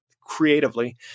creatively